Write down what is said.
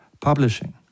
publishing